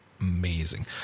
amazing